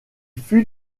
fut